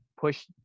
push